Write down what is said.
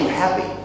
happy